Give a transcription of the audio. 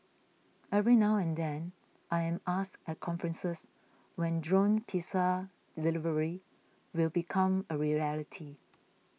every now and then I am asked at conferences when drone pizza delivery will become a reality